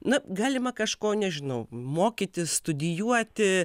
na galima kažko nežinau mokytis studijuoti